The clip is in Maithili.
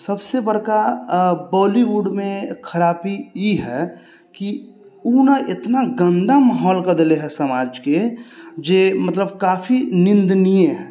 सबसे बड़का बॉलीवुडमे खराबी ई हइ कि ओ ने एतना गन्दा माहौल कऽ देले हइ समाजके जे मतलब काफी निंदनीय हइ